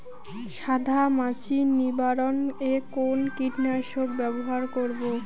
সাদা মাছি নিবারণ এ কোন কীটনাশক ব্যবহার করব?